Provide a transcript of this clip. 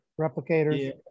Replicators